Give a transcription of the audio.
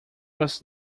was